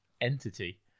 entity